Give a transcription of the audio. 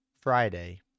Friday